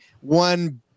one